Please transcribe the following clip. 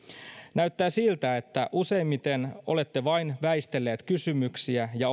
näyttää siltä että useimmiten olette vain väistellyt kysymyksiä ja